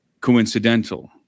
coincidental